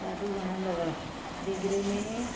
ॾाढो वणंदव देगिड़े में